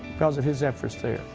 cause of his interest here.